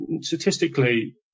statistically